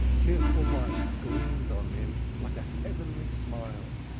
cheerful lights gleamed on him like a heavenly smile.